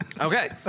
Okay